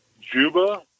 Juba